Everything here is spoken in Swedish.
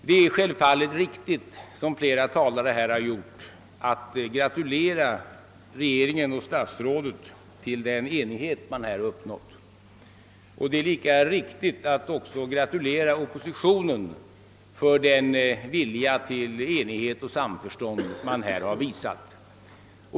Det är självfallet riktigt att som flera talare gjort gratulera regeringen och statsrådet till den enighet man upp nått, och det är lika viktigt att gratulera oppositionen till den vilja till enighet och samförstånd som den har visat.